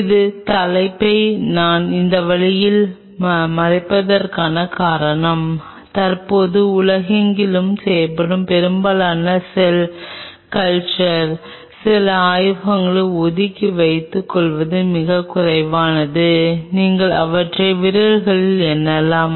இந்த தலைப்பை நான் இந்த வழியில் மறைப்பதற்கான காரணம் தற்போது உலகெங்கிலும் செய்யப்படும் பெரும்பாலான செல் கல்ச்சர் சில ஆய்வகங்களை ஒதுக்கி வைத்துக் கொள்வது மிகக் குறைவானது நீங்கள் அவற்றை விரல்களில் எண்ணலாம்